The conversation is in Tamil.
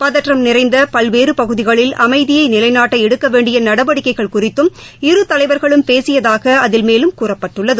பதற்றம் நிறைந்த பல்வேறு பகுதிகளில் அமைதியை நிலைநாட்ட எடுக்க வேண்டிய நடவடிக்கைகள் குறித்தும் இரு தலைவர்களும் பேசியதாக அதில் மேலும் கூறப்பட்டுள்ளது